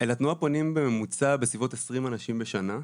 אל התנועה פונים בממוצע בסביבות ה-20 אנשים בשנה.